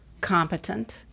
competent